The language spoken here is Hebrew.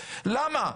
למה?